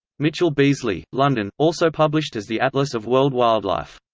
mitchell beazley, london also published as the atlas of world wildlife.